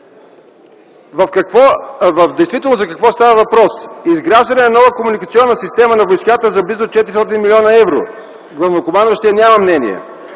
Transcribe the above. В действителност за какво става въпрос? Изграждане на нова комуникационна система на войската за близо 400 млн. евро – главнокомандващият няма мнение.